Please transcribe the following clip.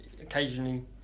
Occasionally